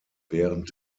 während